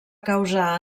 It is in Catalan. causar